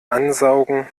ansaugen